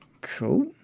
Cool